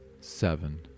seven